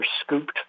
scooped